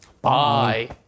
Bye